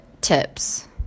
tips